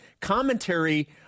commentary